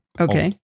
Okay